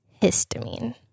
histamine